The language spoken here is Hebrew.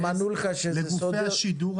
הם ענו לך שאלה סודות מסחריים.